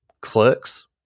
Clerks